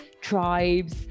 tribes